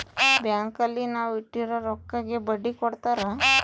bank ಅಲ್ಲಿ ನಾವ್ ಇಟ್ಟಿರೋ ರೊಕ್ಕಗೆ ಬಡ್ಡಿ ಕೊಡ್ತಾರ